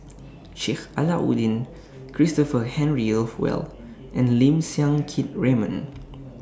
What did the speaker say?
Sheik Alau'ddin Christopher Henry Rothwell and Lim Siang Keat Raymond